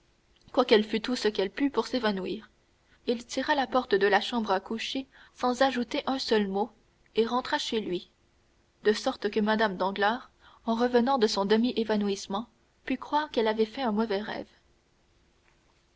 quoiqu'elle fît tout ce qu'elle put pour s'évanouir il tira la porte de la chambre à coucher sans ajouter un seul mot et rentra chez lui de sorte que mme danglars en revenant de son demi évanouissement put croire qu'elle avait fait un mauvais rêve